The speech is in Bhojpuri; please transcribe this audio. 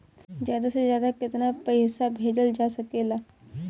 ज्यादा से ज्यादा केताना पैसा भेजल जा सकल जाला?